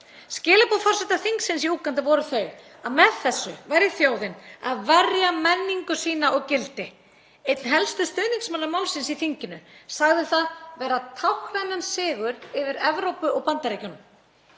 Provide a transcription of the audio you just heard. Skilaboð forseta þingsins í Úganda voru þau að með þessu væri þjóðin að verja menningu sína og gildi. Einn helsti stuðningsmanna málsins í þinginu sagði það vera táknrænan sigur yfir Evrópu og Bandaríkjunum.